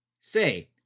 Say